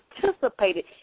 participated